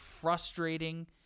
frustrating